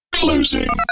closing